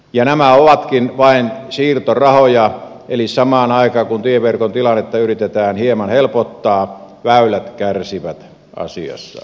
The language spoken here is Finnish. ja nämä ovatkin vain siirtorahoja eli samaan aikaan kun tieverkon tilannetta yritetään hieman helpottaa väylät kärsivät asiassa